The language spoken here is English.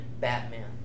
Batman